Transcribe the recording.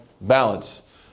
balance